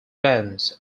bands